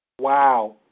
Wow